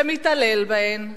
שמתעלל בהן,